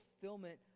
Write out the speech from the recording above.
fulfillment